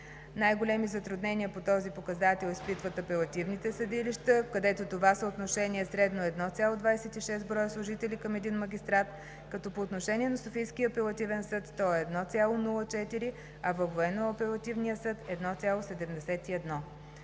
Най-големи затруднения по този показател изпитват апелативните съдилища, където това съотношение средно е 1,26 броя служители към един магистрат, като по отношение на Софийския апелативен съд то е 1,04, а във Военно-апелативния съд 1,71.